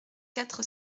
quatre